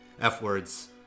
F-words